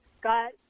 got